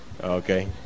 Okay